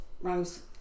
Rose